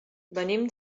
venim